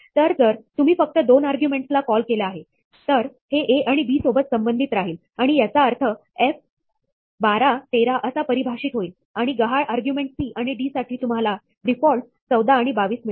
तर जर तुम्ही फक्त दोन आर्ग्युमेंटसला कॉल केले आहेतर हे a आणि b सोबत संबंधित राहील आणि याचा अर्थ f 1213 असा परिभाषित होईल आणि गहाळ आर्ग्युमेंट c आणि d साठी तुम्हाला डिफॉल्टस 14 आणि 22 मिळेल